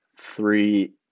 three